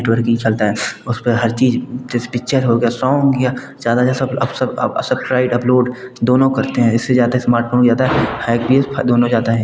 network भी चलता है उस पर हर चीज़ जैसे पिक्चर हो गया सोंग हो या ज़्यादा से ज़्यादा सब सबक्राइड अपलोड दोनों करते हैं इससे ज़्यादा स्मार्टफोन ज़्यादा हैक भी हो जाता है